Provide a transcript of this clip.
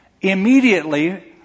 immediately